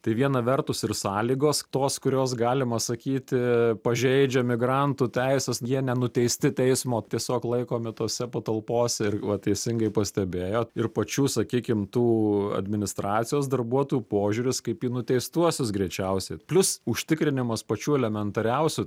tai viena vertus ir sąlygos tos kurios galima sakyti pažeidžia migrantų teises jie nenuteisti teismo tiesiog laikomi tose patalpose ir va teisingai pastebėjot ir pačių sakykim tų administracijos darbuotojų požiūris kaip į nuteistuosius greičiausiai plius užtikrinimas pačių elementariausių